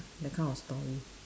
that kind of story